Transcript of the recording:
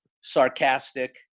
Sarcastic